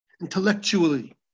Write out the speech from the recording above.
intellectually